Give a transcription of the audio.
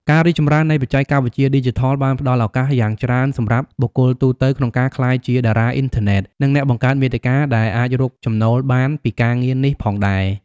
ការរីកចម្រើននៃបច្ចេកវិទ្យាឌីជីថលបានផ្តល់ឱកាសយ៉ាងច្រើនសម្រាប់បុគ្គលទូទៅក្នុងការក្លាយជាតារាអុីនធឺណិត និងអ្នកបង្កើតមាតិកា ដែលអាចរកចំណូលបានពីការងារនេះផងដែរ។